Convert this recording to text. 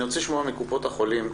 אני רוצה לשמוע מקופות החולים.